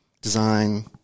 design